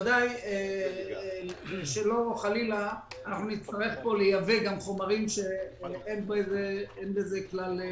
שלא חלילה נצטרך לייבא לפה גם חומרים שאין בהם כלל צורך.